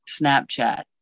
Snapchat